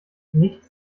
nichts